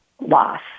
loss